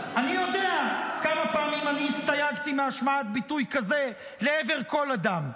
אני יודע כמה פעמים אני הסתייגתי מהשמעת ביטוי כזה לעבר כל אדם.